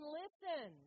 listen